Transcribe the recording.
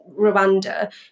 Rwanda